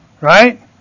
Right